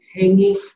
hanging